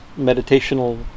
meditational